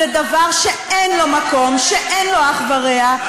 זה דבר שאין לו מקום, שאין לו אח ורע.